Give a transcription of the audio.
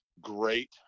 great